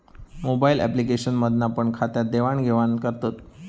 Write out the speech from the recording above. mobile application मधना पण खात्यात देवाण घेवान करतत